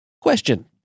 question